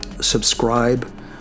subscribe